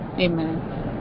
Amen